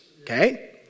okay